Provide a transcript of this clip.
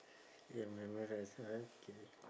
ya memorable okay